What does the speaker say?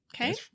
Okay